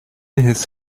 his